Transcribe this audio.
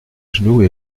genoux